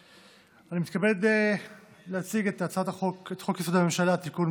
אני מתכבד להציג את הצעת חוק-יסוד: הממשלה (תיקון,